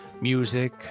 music